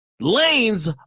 Lane's